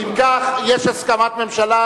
אם כך, יש הסכמת ממשלה.